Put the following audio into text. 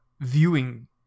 viewing